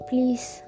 Please